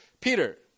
Peter